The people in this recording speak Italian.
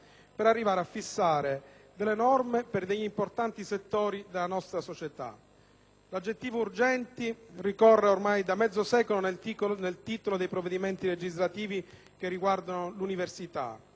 per arrivare a fissare delle norme per degli importanti settori della nostra società. L'aggettivo "urgenti" ricorre da mezzo secolo nel titolo dei provvedimenti legislativi che riguardano l'università.